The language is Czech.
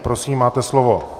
Prosím, máte slovo.